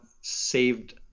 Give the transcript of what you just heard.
saved